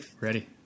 Ready